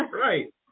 Right